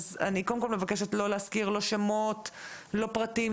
אני מבקשת לא להזכיר שמות או פרטים,